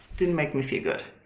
didn't make me feel good.